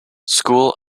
school